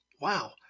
Wow